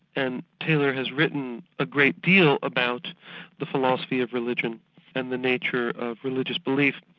and taylor has written a great deal about the philosophy of religion and the nature of religious belief,